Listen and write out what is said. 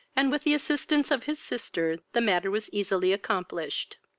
and with the assistance of his sister the matter was easily accomplished.